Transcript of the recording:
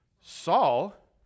Saul